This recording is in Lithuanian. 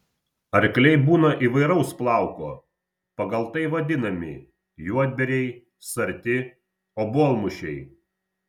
arkliai būna įvairaus plauko pagal tai vadinami juodbėriai sarti obuolmušiai